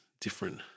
different